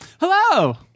Hello